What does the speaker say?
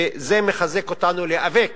וזה מחזק אותנו להיאבק